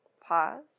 pause